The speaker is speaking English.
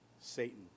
Satan